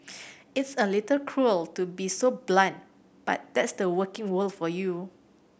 it's a little cruel to be so blunt but that's the working world for you